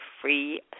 free